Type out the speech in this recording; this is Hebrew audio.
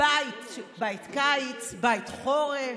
בית קיץ, בית חורף,